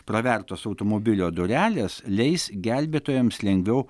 pravertos automobilio durelės leis gelbėtojams lengviau